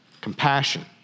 Compassion